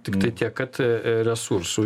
tiktai tiek kad resursų